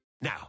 Now